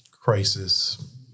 crisis